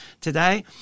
today